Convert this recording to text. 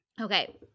Okay